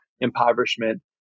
impoverishment